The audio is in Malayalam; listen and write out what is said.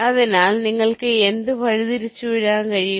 അതിനാൽ നിങ്ങൾക്ക് എന്ത് വഴിതിരിച്ചുവിടാൻ കഴിയും